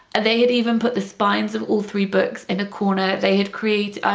ah they had even put the spines of all three books in a corner. they had created.